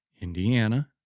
Indiana